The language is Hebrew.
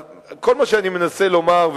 אז כל מה שאני מנסה לומר,